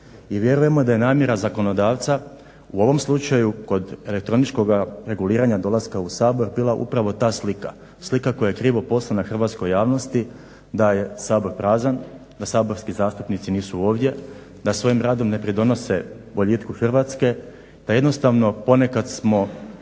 i vjerujemo da je namjera zakonodavca u ovom slučaju kod elektroničkoga reguliranja dolaska u Saboru bila upravo ta slika, slika koja je krivo poslana hrvatskoj javnosti da je Sabor prazan, da saborski zastupnici nisu ovdje, da svojim radom ne pridonose boljitku Hrvatske, da jednostavno ponekad smo